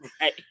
Right